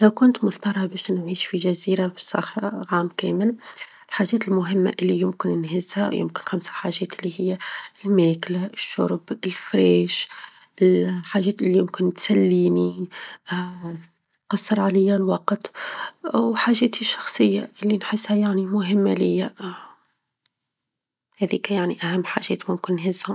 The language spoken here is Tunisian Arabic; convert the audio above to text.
لو كنت مظطرة باش نعيش في جزيرة بالصحراء عام كامل الحاجات المهمة اللي يمكن نهزها يمكن خمسة حاجات اللي هي: الماكلة، الشرب، الفريش، الحاجات اللي يمكن تسليني تقصر عليا الوقت، وحاجاتي الشخصية اللي نحسها يعني مهمة ليا، هذيك يعني أهم حاجات ممكن نهزهم.